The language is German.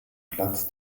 platz